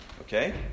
Okay